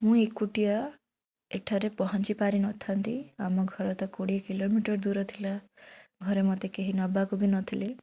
ମୁଁ ଏକୁଟିଆ ଏଠାରେ ପହଁଞ୍ଚିପାରି ନଥାନ୍ତି ଆମ ଘର ତ କୋଡ଼ିଏ କିଲୋମିଟର୍ ଦୂର ଥିଲା ଘରେ ମୋତେ କେହି ନେବାକୁ ବି ନଥିଲେ